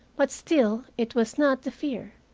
but still it was not the fear.